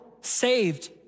saved